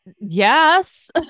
yes